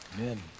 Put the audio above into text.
Amen